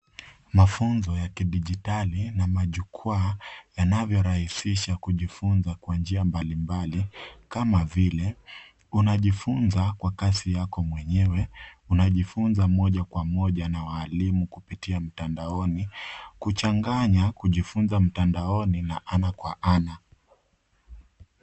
Mafunzo ya kidigitali na majukua yanayo rahisisha kujifunza kwa njia mbali mbali kama vili unajifunza kwa kazi yako mwenyewe, unajifunza moja kwa moja na walimu kupitia mtandaoni. Kuchanganya kujifundisha mtandaoni na ana kwa ana.